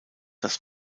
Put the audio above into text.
das